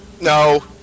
no